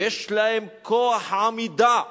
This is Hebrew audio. יש להם כוח עמידה.